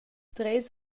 treis